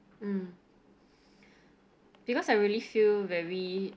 mm because I really feel very